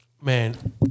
Man